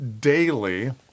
daily